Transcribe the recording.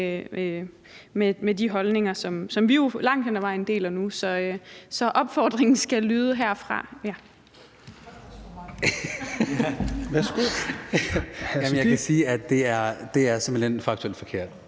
med de holdninger, som vi jo langt hen ad vejen deler nu. Så den opfordring skal lyde herfra.